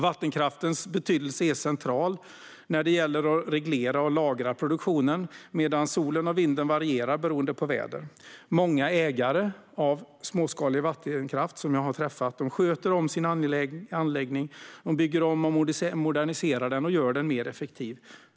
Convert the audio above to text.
Vattenkraftens betydelse är alltså central när det gäller att reglera och lagra produktionen, medan solen och vinden varierar beroende på väder. Många ägare av småskalig vattenkraft som jag har träffat sköter om sina anläggningar, bygger om, moderniserar och gör dem mer effektiva.